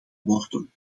worden